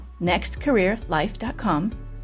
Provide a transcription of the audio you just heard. nextcareerlife.com